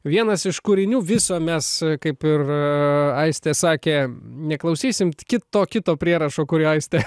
vienas iš kūrinių viso mes kaip ir aistė sakė neklausysim kito kito prierašo kurį aistė